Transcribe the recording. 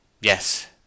Yes